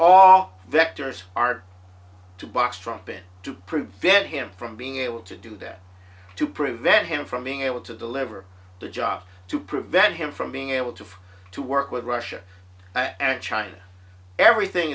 vectors are two blocks trump in to prevent him from being able to do that to prove that him from being able to deliver the job to prevent him from being able to to work with russia and china everything